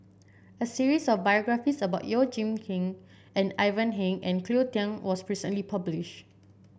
a series of biographies about Yeoh Ghim Seng Ivan Heng and Cleo Thang was recently published